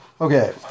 Okay